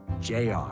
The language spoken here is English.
JR